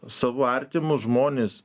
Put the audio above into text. savo artimus žmones